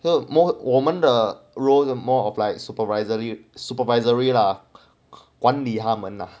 那么我们这 role the more of like supervisory supervisory lah 管理他们呢